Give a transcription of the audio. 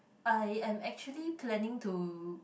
I am actually planning to